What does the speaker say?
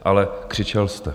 Ale křičel jste.